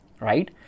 right